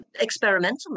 experimental